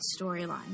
storyline